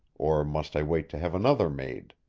or must i wait to have another made?